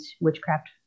witchcraft